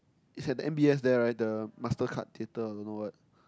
is at the M_B_S there right the Mastercard theatre don't know what